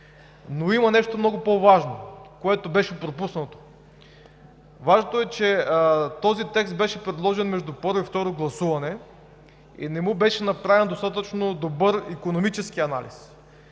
Но има нещо много по-важно, което беше пропуснато – че този текст беше предложен между първо и второ гласуване и не му беше направен достатъчно добър икономически анализ.